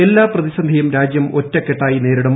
എല്ലാ പ്രതിസന്ധിയും രാജ്യം ഒറ്റക്കെട്ടായി നേരിടും